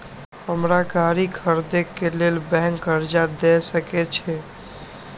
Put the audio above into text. हमरा गाड़ी खरदे के लेल बैंक कर्जा देय सके छे?